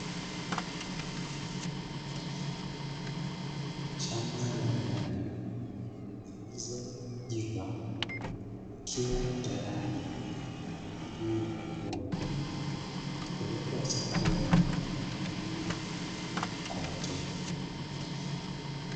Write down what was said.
Shamba la nyanya zilizoiva, zikiwa tayari kwa ajili ya kuvunwa na kupelekwa sokoni ili kuuzwa kwa wateja.